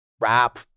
Rap